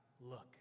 look